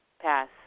Pass